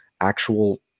actual